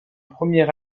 premier